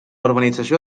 urbanització